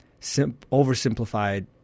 oversimplified